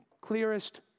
clearest